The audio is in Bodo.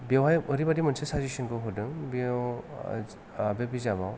बेवहाय ओरैबायदि मोनसे साजेसनखौ होदों ब्येव ओ ओ बे बिजाबाव